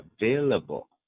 available